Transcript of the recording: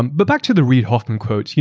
and but back to the reid hoffman quote,